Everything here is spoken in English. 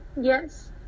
yes